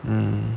mm